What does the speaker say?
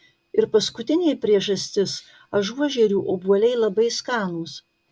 ir paskutinė priežastis ažuožerių obuoliai labai skanūs